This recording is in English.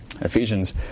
Ephesians